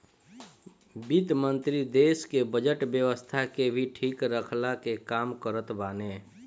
वित्त मंत्री देस के बजट व्यवस्था के भी ठीक रखला के काम करत बाने